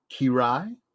Kirai